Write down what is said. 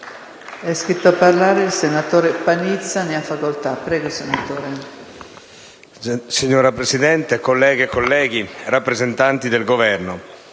Signora Presidente, colleghe e colleghi, rappresentanti del Governo,